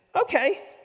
okay